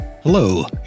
Hello